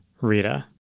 Rita